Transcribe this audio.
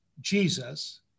Jesus